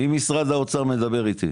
מי ממשרד האוצר מדבר איתי?